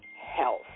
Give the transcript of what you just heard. health